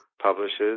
publishes